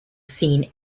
seen